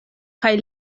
kaj